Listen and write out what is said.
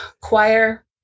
choir